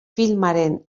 filmaren